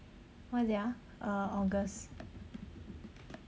what is it ah uh august